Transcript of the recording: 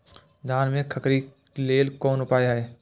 धान में खखरी लेल कोन उपाय हय?